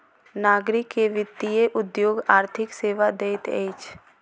नागरिक के वित्तीय उद्योग आर्थिक सेवा दैत अछि